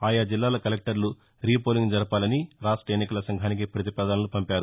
ఆయా జిల్లాల కలెక్టర్లు రీపోలింగ్ జరపాలని రాష్ట ఎన్నికల సంఘానికి ప్రతిపాదనలు పంపారు